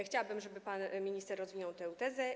Chciałabym, żeby pan minister rozwinął tę tezę.